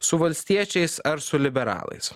su valstiečiais ar su liberalais